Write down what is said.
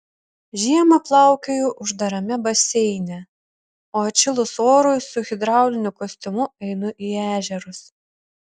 žiemą plaukioju uždarame baseine o atšilus orui su hidrauliniu kostiumu einu į ežerus